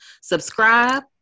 Subscribe